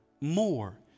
more